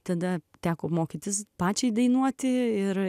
tada teko mokytis pačiai dainuoti ir